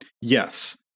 Yes